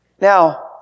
Now